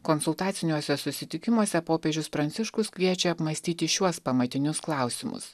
konsultaciniuose susitikimuose popiežius pranciškus kviečia apmąstyti šiuos pamatinius klausimus